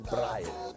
Brian